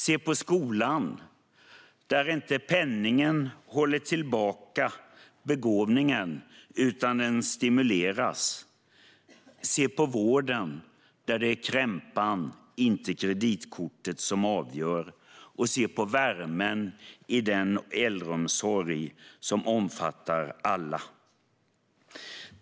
Se på skolan där begåvningen inte hålls tillbaka av penningen, utan den stimuleras! Se på vården där det är krämpan, inte kreditkortet, som avgör! Se på värmen inom den äldreomsorg som omfattar alla!